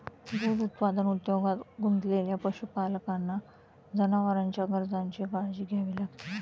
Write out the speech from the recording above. दूध उत्पादन उद्योगात गुंतलेल्या पशुपालकांना जनावरांच्या गरजांची काळजी घ्यावी लागते